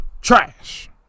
trash